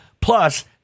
Plus